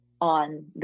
on